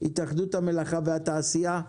התאחדות המלאכה והתעשייה,